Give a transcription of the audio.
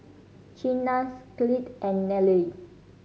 Chynna's Clide and Nallely